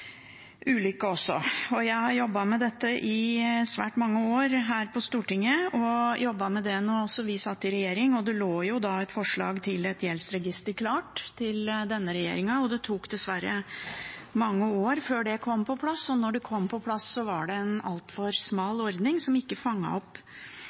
ulykke også. Jeg har jobbet med dette i svært mange år her på Stortinget, også da vi satt i regjering. Da lå det et forslag om et gjeldsregister klart til denne regjeringen. Det tok dessverre mange år før det kom på plass, og da det kom på plass, var det en altfor